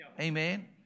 Amen